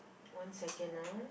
one second ah